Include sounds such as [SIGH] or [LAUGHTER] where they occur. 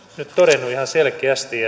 nyt todennut ihan selkeästi [UNINTELLIGIBLE]